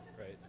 right